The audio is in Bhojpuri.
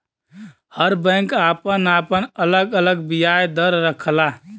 हर बैंक आपन आपन अलग अलग बियाज दर रखला